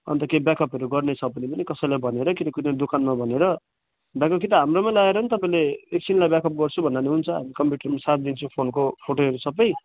अन्त केही ब्याकअपहरू गर्ने छ भने पनि कसैलाई भनेर कि त कुनै दोकानलाई भनेर ब्याकअप कि त हाम्रो ल्याएर पनि तपाईँले एकछिनलाई ब्याकअप गर्छु भन्दा पनि हुन्छ हामी कम्प्युटरमा सारिदिन्छौँ फोनको फोटोहरू सबै